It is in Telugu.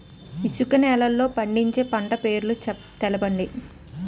ఇసుక నేలల్లో పండించే పంట పేర్లు తెలపండి?